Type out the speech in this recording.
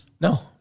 No